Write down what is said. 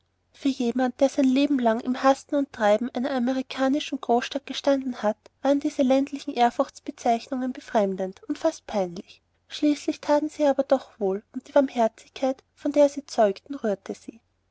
für jemand der sein lebenlang im hasten und treiben einer amerikanischen großstadt gestanden hat waren diese ländlichen ehrfurchtsbezeigungen befremdend und fast peinlich schließlich thaten sie ihr aber doch wohl und die warmherzigkeit von der sie zeugten rührte sie